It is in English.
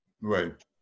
right